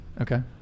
Okay